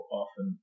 often